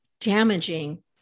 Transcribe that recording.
damaging